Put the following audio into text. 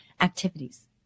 activities